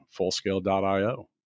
FullScale.io